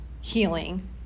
healing